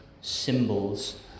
symbols